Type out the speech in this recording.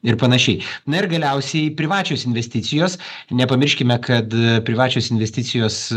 ir panašiai na ir galiausiai privačios investicijos nepamirškime kad privačios investicijos